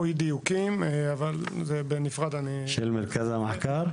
אי-דיוקים במסמך של מרכז המחקר.